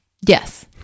Yes